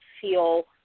feel